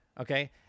Okay